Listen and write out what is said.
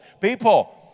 People